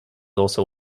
also